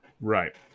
right